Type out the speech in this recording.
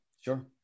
Sure